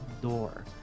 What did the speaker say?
door